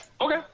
Okay